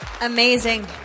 Amazing